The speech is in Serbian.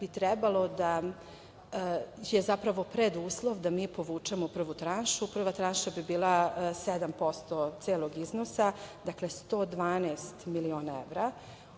bi trebalo da, će zapravo preduslov da povučemo prvu tranšu. Prva tranša bi bila 7% celog iznosa, dakle 112 miliona evra,